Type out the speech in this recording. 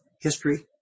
history